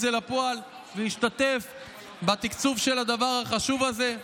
זה לפועל ולהשתתף בתקצוב של הדבר החשוב הזה.